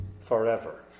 forever